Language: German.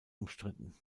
umstritten